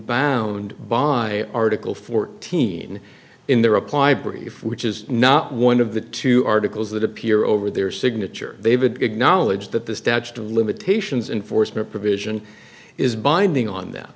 bound by article fourteen in their reply brief which is not one of the two articles that appear over their signature they would acknowledge that the statute of limitations and force made provision is binding on th